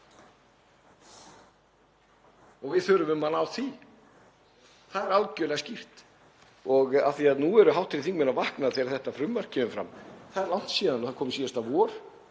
og við þurfum að ná því. Það er algerlega skýrt. Og af því að nú eru hv. þingmenn að vakna þegar þetta frumvarp kemur fram — það er langt síðan það kom, það kom síðasta vor,